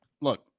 Look